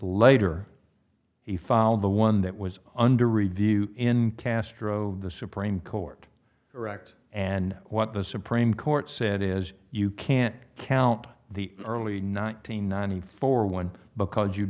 later he filed the one that was under review in castro the supreme court correct and what the supreme court said is you can't count the early nine hundred ninety four one because you